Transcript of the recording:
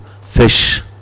fish